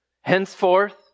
Henceforth